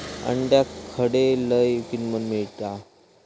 अंड्याक खडे लय किंमत मिळात?